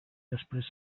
després